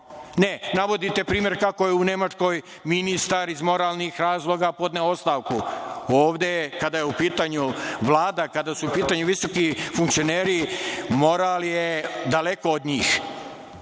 Ne, navodite primer kako je u Nemačkoj ministar iz moralnih razloga podneo ostavku. Ovde je kada je u pitanju Vlada, kada su u pitanju visoki funkcioneri, moral je daleko od njih.